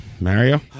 Mario